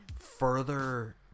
further